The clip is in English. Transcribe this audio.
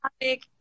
topic